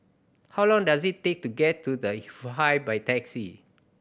how long does it take to get to The Hive by taxi